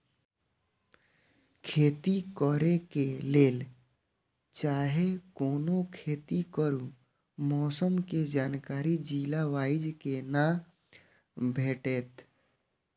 खेती करे के लेल चाहै कोनो खेती करू मौसम के जानकारी जिला वाईज के ना भेटेत?